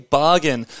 bargain